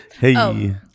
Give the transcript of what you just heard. hey